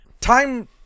time